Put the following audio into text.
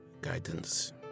Guidance